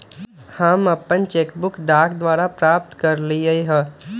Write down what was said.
हम अपन cheque book डाक द्वारा प्राप्त कईली ह